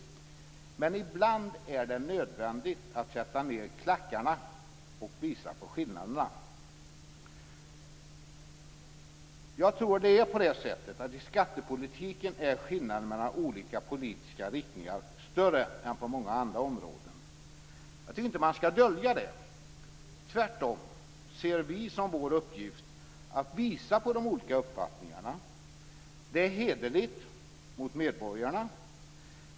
Men ibland är det nödvändigt att sätta ned klackarna och visa på skillnaderna. Jag tror att det är så att i skattepolitiken är skillnaderna mellan olika politiska riktningar större än på många andra områden. Jag tycker inte att man ska dölja det. Tvärtom ser vi som vår uppgift att visa på de olika uppfattningarna. Det är hederligt mot medborgarna.